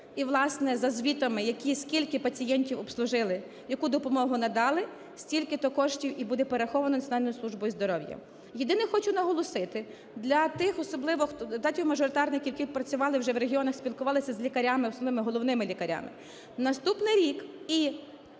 І, власне, за звітами які, скільки пацієнтів обслужили, яку допомогу надали, стільки-то коштів і буде перераховано Національною службою здоров'я. Єдине, хочу наголосити для тих особливо депутатів-мажоритарників, які працювали вже в регіонах, спілкувалися з лікарями, основне – головними лікарями, наступний рік і